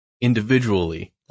individually